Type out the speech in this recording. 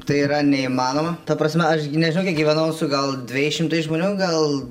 tai yra neįmanoma ta prasme aš nežinau kiek gyvenau su gal dvejais šimtais žmonių gal